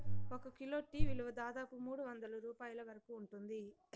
ఒక kilo tea విలువ దాదాపు మూడువందల రూపాయల వరకు ఉంటుంది